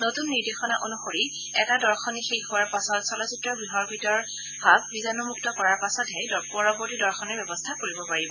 নতুন নিৰ্দেশনা অনুসৰি এটা দশনী শেষ হোৱাৰ পাছত চলচিত্ৰ গৃহৰ ভিতৰ ভাগ বীজাণু মুক্ত কৰাৰ পাছতহে পৰৱৰ্তী দশনীৰ ব্যৱস্থা কৰিব পাৰিব